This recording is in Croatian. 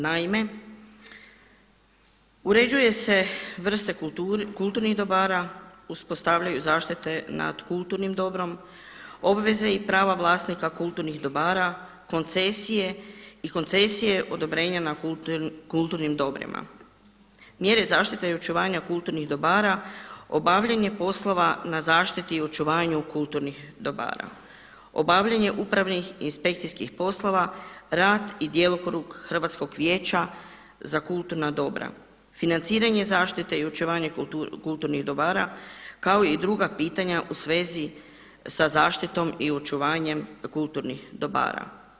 Naime, uređuju se vrste kulturnih dobara, uspostavljaju zaštite nad kulturnim dobrom, obveze i prava vlasnika kulturnih dobara, koncesije i koncesije odobrenja na kulturnim dobrima, mjere zaštite i očuvanja kulturnih dobara, obavljanje poslova na zaštiti i očuvanju kulturnih dobara, obavljanje upravnih inspekcijskih poslova, rad i djelokrug hrvatskog vijeća za kulturna dobra, financiranje zaštite i očuvanje kulturnih dobara kao i druga pitanja u svezi sa zaštitom i očuvanjem kulturnih dobara.